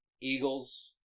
Eagles